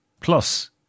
plus